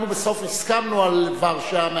לבסוף הסכמנו על ורשה,